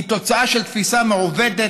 היא תוצאה של תפיסה מעוותת,